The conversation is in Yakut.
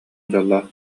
дьоллоох